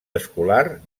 escolar